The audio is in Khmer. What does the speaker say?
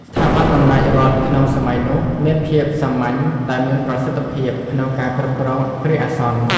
ស្ថាប័នអំណាចរដ្ឋក្នុងសម័យនោះ មានភាពសាមញ្ញតែមានប្រសិទ្ធភាពក្នុងការគ្រប់គ្រងគ្រាអាសន្ន។